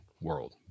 world